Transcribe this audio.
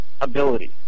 ability